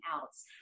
else